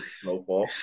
Snowfall